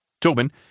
Tobin